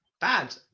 bad